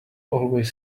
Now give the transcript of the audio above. always